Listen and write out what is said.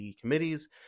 committees